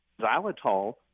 Xylitol